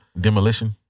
demolition